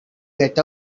get